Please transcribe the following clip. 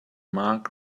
mark